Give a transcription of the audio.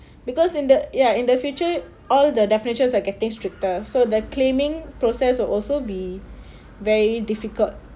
because in the ya in the future all the definitions are getting stricter so the claiming process will also be very difficult